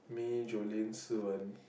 May Jolene Su-wen